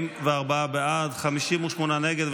58 נגד,